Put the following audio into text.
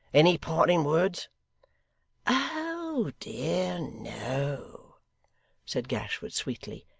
any parting words oh dear, no said gashford sweetly.